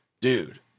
dude